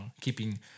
keeping